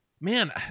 Man